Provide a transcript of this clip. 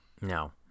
No